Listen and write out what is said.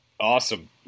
Awesome